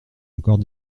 encore